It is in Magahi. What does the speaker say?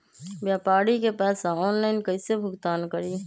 व्यापारी के पैसा ऑनलाइन कईसे भुगतान करी?